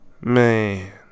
Man